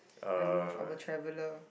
I move I'm a traveller